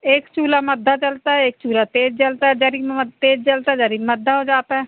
एक चूल्हा मद्धा जलता है एक चूल्हा तेज जलता है जरी में म तेज जलता जरी में मद्धा हो जाता है